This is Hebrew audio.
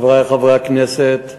חברי חברי הכנסת,